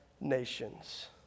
nations